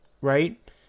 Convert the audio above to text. right